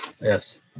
yes